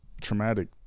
traumatic